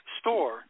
store